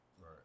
Right